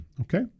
Okay